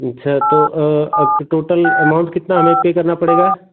अच्छा तो total amount कितना हमें पर करना पड़ेगा